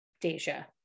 deja